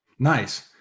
Nice